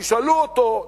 כשישאלו אותו,